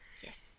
yes